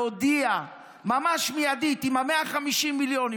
להודיע ממש מיידית שעם ה-150 מיליון,